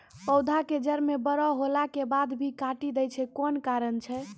पौधा के जड़ म बड़ो होला के बाद भी काटी दै छै कोन कारण छै?